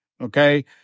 Okay